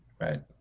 right